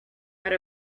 out